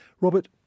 Robert